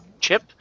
chip